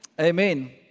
amen